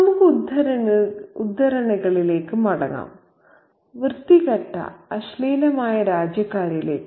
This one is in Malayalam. നമുക്ക് ഉദ്ധരണികളിലേക്ക് മടങ്ങാം വൃത്തികെട്ട അശ്ലീലമായ രാജ്യക്കാരിലേക്ക്